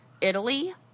Italy